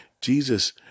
Jesus